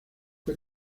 fue